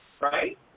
right